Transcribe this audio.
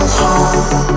home